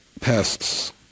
pests